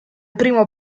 primo